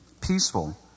peaceful